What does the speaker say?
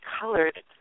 colored